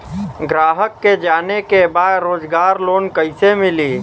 ग्राहक के जाने के बा रोजगार लोन कईसे मिली?